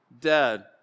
dead